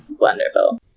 wonderful